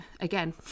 again